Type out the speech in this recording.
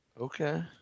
Okay